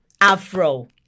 Afro